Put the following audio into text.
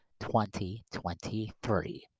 2023